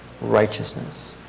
righteousness